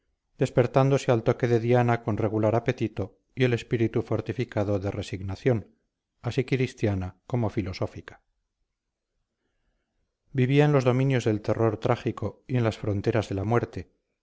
despertándose al toque de diana con regular apetito y el espíritu fortificado de resignación así cristiana como filosófica vivía en los dominios del terror trágico y en las fronteras de la muerte